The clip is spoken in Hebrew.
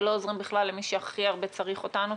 ולא עוזרים בכלל למי שהכי הרבה צריך אותנו.